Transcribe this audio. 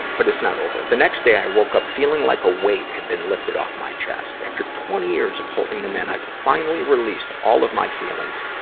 but it's not over. the next day, i woke up feeling like a weight had been lifted off my chest. after twenty years of holding them in, i finally released all of my feelings,